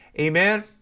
Amen